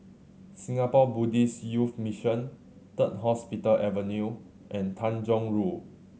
Singapore Buddhist Youth Mission Third Hospital Avenue and Tanjong Rhu